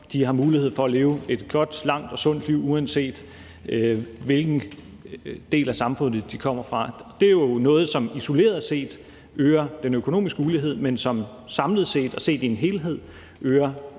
har mulighed for at leve et godt, langt og sundt liv, uanset hvilken del af samfundet de kommer fra. Det er jo noget, som isoleret set øger den økonomiske ulighed, men som samlet set og set i en helhed øger